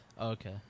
Okay